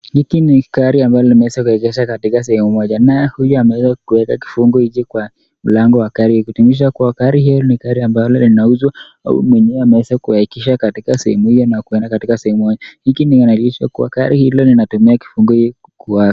Hiki gari ambayo nimeweza kuwekeza katika sehemu moja na huyu ameweza kuweka kufungu hiki kwa mlango wa gari. Kudhihirisha kuwa gari hili ni gari ambalo linauzwa mwenyewe ameweza kuweka katika sehemu hiyo na kwenda katika sehemu hiyo. Hiki inalishwa kwa gari hilo linatumia kifungu hicho kwa.